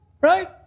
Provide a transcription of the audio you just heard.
Right